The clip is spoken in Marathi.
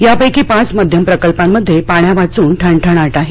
यापैकी पाच मध्यम प्रकल्पांमध्ये पाण्यावाचून ठणठणाट आहे